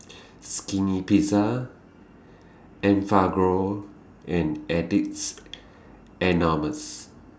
Skinny Pizza Enfagrow and Addicts Anonymous